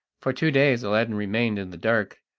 for two days aladdin remained in the dark,